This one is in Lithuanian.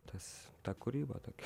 tas ta kūryba tokia